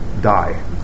die